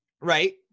right